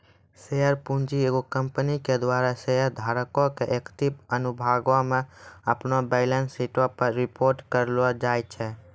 share पूंजी एगो company के द्वारा शेयर धारको के इक्विटी अनुभागो मे अपनो बैलेंस शीटो पे रिपोर्ट करलो जाय छै